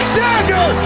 dagger